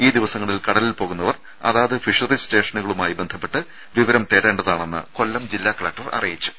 ഈ ദിവസങ്ങളിൽ കടലിൽ പോകുന്നവർ അതാത് ഫിഷറീസ് സ്റ്റേഷനുകളുമായി ബന്ധപ്പെട്ട് വിവരം തേടേണ്ടതാണെന്ന് കൊല്ലം ജില്ലാ കലക്ടർ അറിയിച്ചു